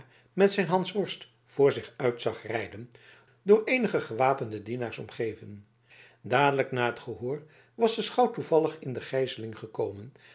met zijn hansworst voor zich uit zag rijden door eenige gewapende dienaars omgeven dadelijk na het gehoor was de schout toevallig in de gijzeling gekomen